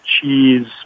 cheese